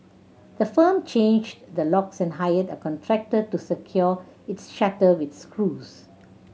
the firm changed the locks and hired a contractor to secure its shutter with screws